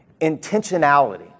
Intentionality